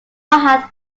had